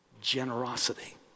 generosity